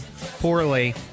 poorly